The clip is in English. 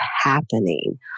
happening